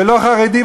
ולא חרדי,